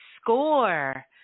score